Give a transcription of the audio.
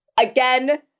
Again